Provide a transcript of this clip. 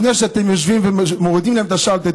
לפני שאתם יושבים ומורידים להם את השלטר,